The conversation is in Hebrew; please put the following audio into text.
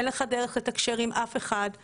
אין לך דרך לתקשר עם אף אחד.